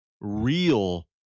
real